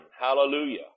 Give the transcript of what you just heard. Hallelujah